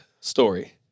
story